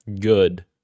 Good